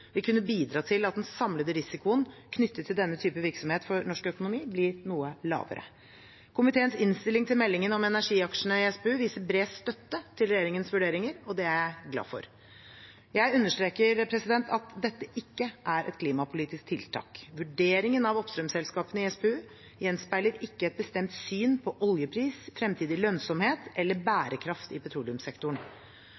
vil kunne bidra til at den samlede risikoen knyttet til denne type virksomhet for norsk økonomi blir noe lavere. Komiteens innstilling til meldingen om energiaksjene i SPU viser bred støtte til regjeringens vurderinger. Det er jeg glad for. Jeg understreker at dette ikke er et klimapolitisk tiltak. Vurderingen av oppstrømsselskapene i SPU gjenspeiler ikke et bestemt syn på oljepris, fremtidig lønnsomhet eller